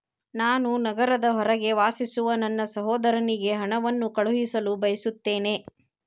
ನಾನು ನಗರದ ಹೊರಗೆ ವಾಸಿಸುವ ನನ್ನ ಸಹೋದರನಿಗೆ ಹಣವನ್ನು ಕಳುಹಿಸಲು ಬಯಸುತ್ತೇನೆ